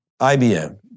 IBM